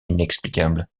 inexplicable